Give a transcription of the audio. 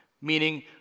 meaning